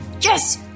yes